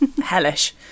Hellish